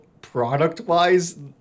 product-wise